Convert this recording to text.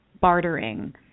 bartering